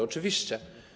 Oczywiście.